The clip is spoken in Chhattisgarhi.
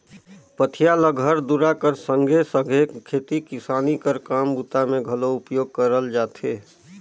पथिया ल घर दूरा कर संघे सघे खेती किसानी कर काम बूता मे घलो उपयोग करल जाथे